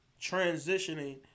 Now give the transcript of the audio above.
transitioning